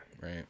right